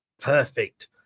Perfect